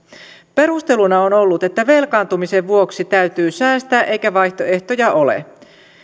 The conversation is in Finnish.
perusteluna on ollut että velkaantumisen vuoksi täytyy säästää eikä vaihtoehtoja ole